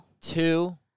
Two